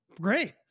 Great